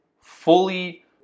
fully